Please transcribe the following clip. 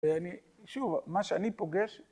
שוב, מה שאני פוגש...